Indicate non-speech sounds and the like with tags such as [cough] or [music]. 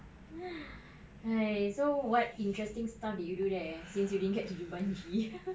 [laughs] [noise] so what interesting stuff did you do there since you didn't get to do bungee